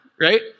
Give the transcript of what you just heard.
right